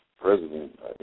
president